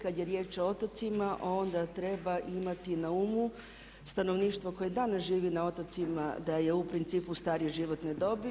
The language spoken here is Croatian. Kad je riječ o otocima onda treba imati na umu stanovništvo koje danas živi na otocima da je u principu starije životne dobi.